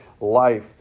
life